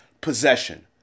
possession